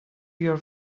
your